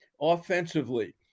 offensively